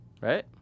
right